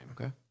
Okay